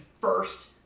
first